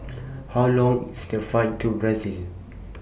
How Long IS The Flight to Brazil